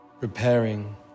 repairing